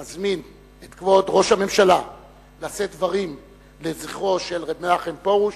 אני מזמין את כבוד ראש הממשלה לשאת דברים לזכרו של ר' מנחם פרוש,